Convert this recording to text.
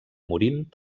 morint